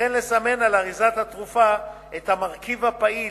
וכן לסמן על אריזת התרופה את המרכיב הפעיל,